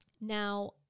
Now